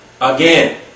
again